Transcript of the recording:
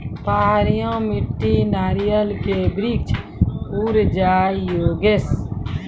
पहाड़िया मिट्टी नारियल के वृक्ष उड़ जाय योगेश?